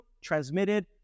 transmitted